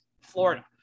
Florida